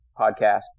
podcast